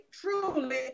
truly